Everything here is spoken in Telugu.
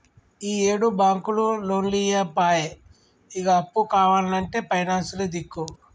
ఈయేడు బాంకులు లోన్లియ్యపాయె, ఇగ అప్పు కావాల్నంటే పైనాన్సులే దిక్కు